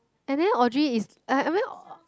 and then Audrey is uh I mean